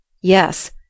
yes